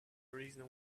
reason